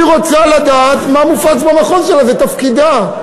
היא רוצה לדעת מה מופץ במחוז שלה, זה תפקידה.